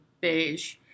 beige